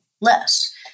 less